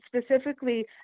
specifically